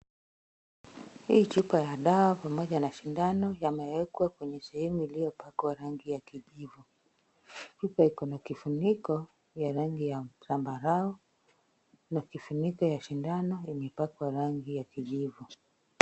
Hii chupa ya dawa pamoja na sindano zimewekwa kwenye sehemu iliyopakwa rangi ya kijivu. Chupa iko na kifuniko ya rangi ya zambarau, na funiko ya sindano imepakwa rangi ya kijivu.